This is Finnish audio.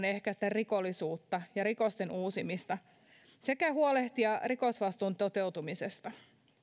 ehkäistä rikollisuutta ja rikosten uusimista sekä huolehtia rikosvastuun toteutumisesta